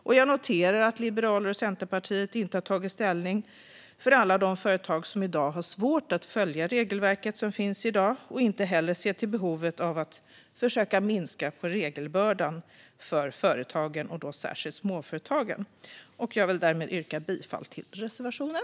Och jag noterar att Liberalerna och Centerpartiet inte har tagit ställning för alla de företag som i dag har svårt att följa dagens regelverk och inte heller ser till behovet av att försöka minska regelbördan för företagen, och då särskilt småföretagen. Jag vill därmed yrka bifall till reservationen.